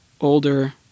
older